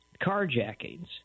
carjackings